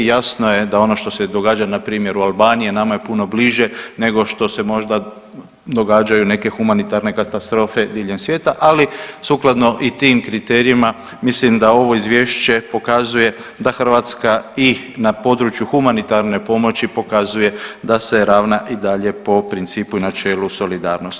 Jasno da ono što se događa npr. u Albaniji nama je puno bliže nego što se možda događaju neke humanitarne katastrofe diljem svijeta, ali sukladno i tim kriterijima mislim da ovo izvješće pokazuje da Hrvatska i na području humanitarne pomoći pokazuje da se ravna i dalje po principu i načelu solidarnosti.